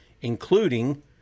including